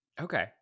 Okay